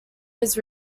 his